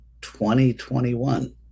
2021